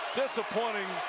disappointing